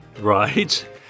Right